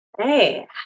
Hey